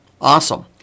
Awesome